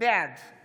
אז אכן הדבר מותר.